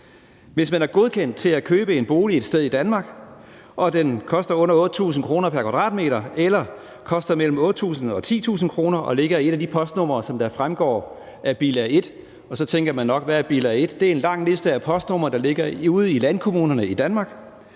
Hvis man er godkendt til at købe en bolig et sted i Danmark og den koster under 8.000 kr. pr. m² eller koster mellem 8.000 eller 10.000 kr. og ligger i et af de postnumre, der fremgår af bilag 1, så har man mulighed for at købe en ejendom og få statsgaranti for den del af kreditgivningen,